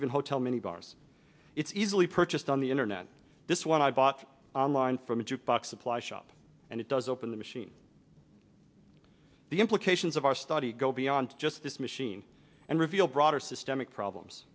even hotel mini bars it's easily purchased on the internet this one i bought online from a jukebox supply shop and it does open the machine the implications of our study go beyond just this machine and reveal broader systemic problems